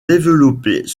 développées